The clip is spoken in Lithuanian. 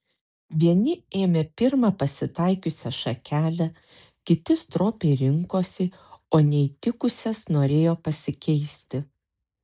vieni ėmė pirmą pasitaikiusią šakelę kiti stropiai rinkosi o neįtikusias norėjo pasikeisti